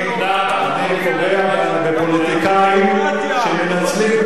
אני פוגע בפוליטיקאים שמנצלים,